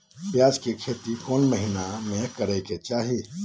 प्याज के खेती कौन महीना में करेके चाही?